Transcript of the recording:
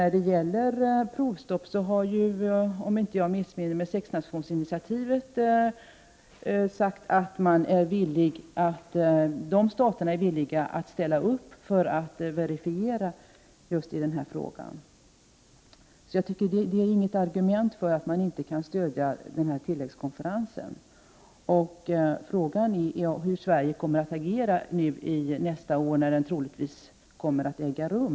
Beträffande provstopp och sexnationsinitiativet har man — om jag minns rätt — från berörda staters sida sagt att man är villig att ställa upp när det gäller att verifiera i just denna fråga. Jag tycker därför att det som här har sagts inte utgör något argument för att man inte kan stödja tilläggskonferensen. Frågan är hur Sverige kommer att agera nästa år, då konferensen troligen kommer att äga rum.